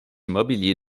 mobilier